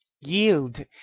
Yield